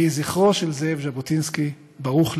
יהי זכרו של זאב ז'בוטינסקי ברוך לעד.